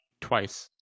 twice